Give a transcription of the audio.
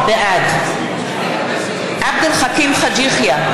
בעד עבד אל חכים חאג' יחיא,